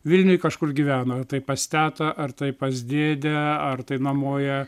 vilniuj kažkur gyvena tai pas tetą ar taip pas dėdę ar tai nuomoja